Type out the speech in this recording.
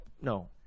No